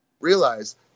realize